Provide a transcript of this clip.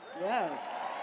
yes